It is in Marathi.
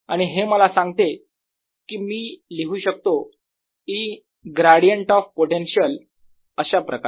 आणि हे मला सांगते की मी लिहू शकतो E ग्रॅडियंट ऑफ पोटेन्शियल अशाप्रकारे